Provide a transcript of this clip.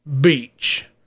Beach